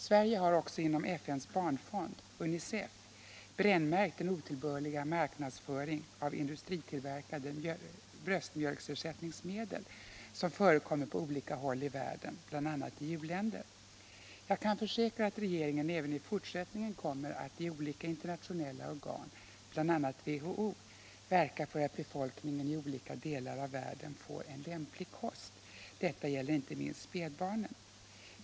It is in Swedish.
Sverige har också inom FN:s barnfond, UNICEF, brännmärkt den otillbörliga marknadsföring av industritillverkade bröstmjölksersättningsmedel som förekommer på olika håll i världen, bl.a. i u-länder. Jag kan försäkra att regeringen även i fortsättningen kommer att i olika internationella organ, bl.a. WHO, verka för att befolkningen i olika delar av världen får en lämplig kost. Detta gäller inte minst spädbarnen.